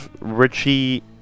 Richie